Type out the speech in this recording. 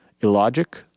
Illogic